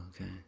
okay